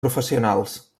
professionals